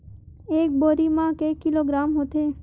एक बोरी म के किलोग्राम होथे?